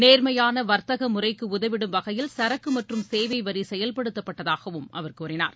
நேர்மையாள வர்த்தக முறைக்கு உதவிடும் வகையில் சரக்கு மற்றும் சேவை வரி செயல்படுத்தப்பட்டதாகவும் அவர் கூறினார்